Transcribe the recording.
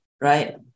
right